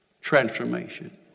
transformation